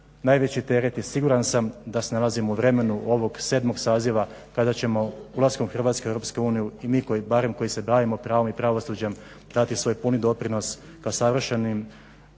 najveći teret, i siguran sam da se nalazimo u vremenu ovog 7. saziva kada ćemo ulaskom Hrvatske u Europsku uniju i mi koji, barem koji se bavimo pravom i pravosuđem dati svoj puni doprinos ka savršenim,